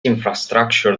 infrastructure